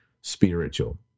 spiritual